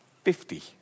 Fifty